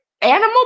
Animal